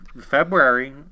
February